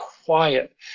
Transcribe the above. Quiet